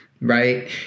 right